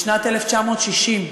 בשנת 1960,